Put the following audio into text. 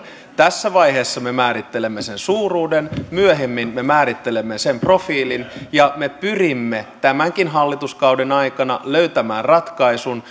tässä vaiheessa me määrittelemme sen suuruuden myöhemmin me määrittelemme sen profiilin ja me pyrimme tämänkin hallituskauden aikana löytämään ratkaisun